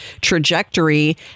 trajectory